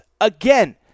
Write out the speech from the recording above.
Again